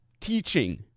teaching